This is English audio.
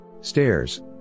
Stairs